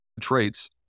traits